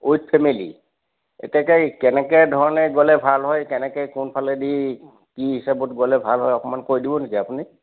with family এতেকে কেনেকৈ ধৰণে গ'লে ভাল হয় কেনেকৈ কোনফালেদি কি হিচাপত গ'লে ভাল হয় অকণমান কৈ দিব নেকি আপুনি